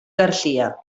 garcia